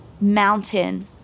mountain